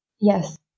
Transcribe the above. Yes